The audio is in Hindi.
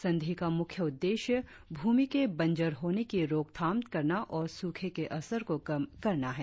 संधि का मुख्य उद्देश्य भूमि के बंजर होने की रोकथाम करना और सूखे के असर को कम करना है